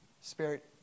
Spirit